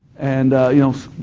and, you know,